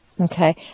Okay